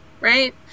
right